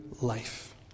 life